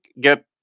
get